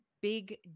big